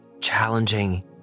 challenging